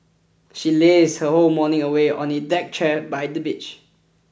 she lazed her whole morning away on a deck chair by the beach